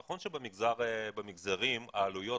נכון שבמגזרים העלויות